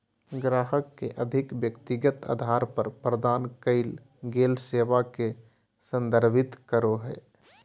ग्राहक के अधिक व्यक्तिगत अधार पर प्रदान कइल गेल सेवा के संदर्भित करो हइ